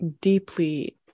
deeply